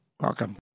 Welcome